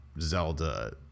Zelda